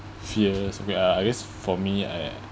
fears we uh I guess for me I